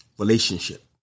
relationship